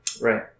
Right